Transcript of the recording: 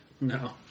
No